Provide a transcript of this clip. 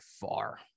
far